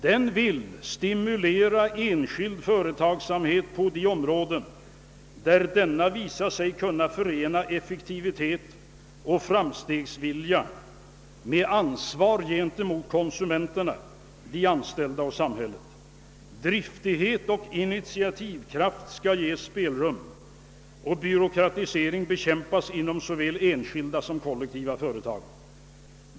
Den vill stimulera enskild företagsamhet på de områden, där denna visar sig kunna förena effektivitet och framstegsvilja med ansvar gentemot konsumenterna, de anställda och samhället. Driftighet och initiativkraft skall ges spelrum och byråkratisering bekämpas inom såväl enskilda som kollektiva företag.